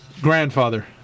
Grandfather